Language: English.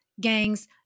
gangs